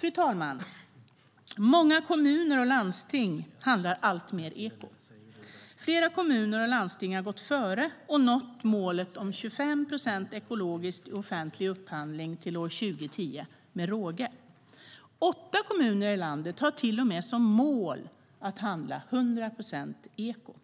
Fru talman! Många kommuner och landsting handlar alltmer eko. Flera kommuner och landsting har gått före och med råge nått målet om 25 procent ekologiskt i offentlig upphandling till 2010. Åtta kommuner i landet har till och med som mål att handla 100 procent eko.